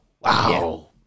Wow